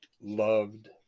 Loved